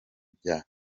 bya